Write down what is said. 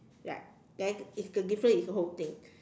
like then it's the difference is the whole thing